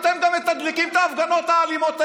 אתם גם מתדלקים את ההפגנות האלימות האלה,